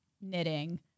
knitting